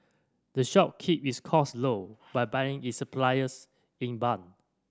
the shop keeps its cost low by buying its suppliers in bulk